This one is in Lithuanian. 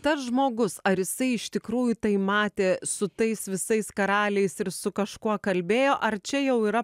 tas žmogus ar jisai iš tikrųjų tai matė su tais visais karaliais ir su kažkuo kalbėjo ar čia jau yra